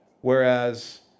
Whereas